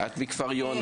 את מכפר יונה,